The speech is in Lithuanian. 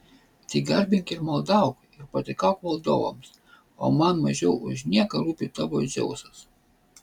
tai garbink ir maldauk ir pataikauk valdovams o man mažiau už nieką rūpi tavo dzeusas